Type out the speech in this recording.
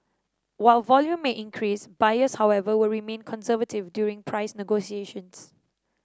while volume may increase buyers however will remain conservative during price negotiations